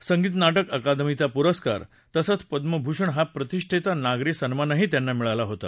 संगीत नाटक अकादमीचा पुरस्कार तसंच पद्मभूषण हा प्रतिष्ठेचा नागरी सन्मानही त्यांना मिळाला होता